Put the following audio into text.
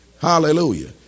Hallelujah